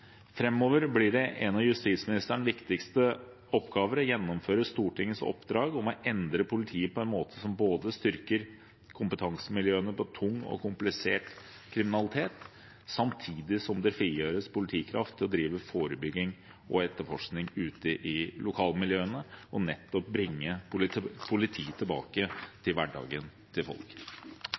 blir det en av justisministerens viktigste oppgaver å gjennomføre Stortingets oppdrag om å endre politiet på en måte som styrker kompetansemiljøene på tung og komplisert kriminalitet, samtidig som det frigjøres politikraft til å drive forebygging og etterforskning ute i lokalmiljøene – og nettopp bringe politiet tilbake til hverdagen til folk.